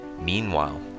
Meanwhile